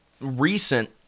recent